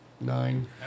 Nine